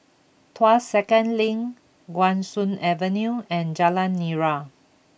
Tuas Second Link Guan Soon Avenue and Jalan Nira